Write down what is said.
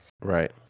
Right